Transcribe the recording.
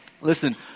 Listen